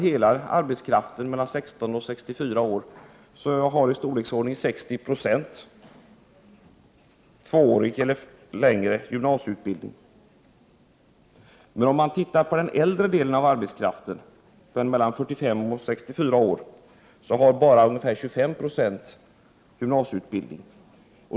Av hela arbetskraften mellan 16 och 64 år har ca 60 96 tvåårig eller längre gymnasieutbildning. Men om man tittar på den äldre delen av arbetskraften — den mellan 45 och 64 år — finner man att bara ungefär 25 26 har gymnasieutbildning.